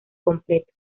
completo